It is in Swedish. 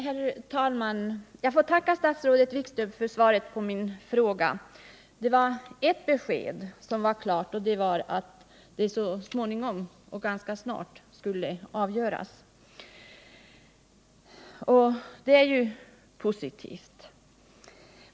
Herr talman! Jag får tacka statsrådet Wikström för svaret på min fråga. På en punkt lämnades ett klart besked, nämligen att den aktuella frågan ganska snart skall avgöras, och det är ju positivt.